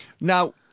Now